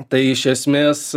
tai iš esmės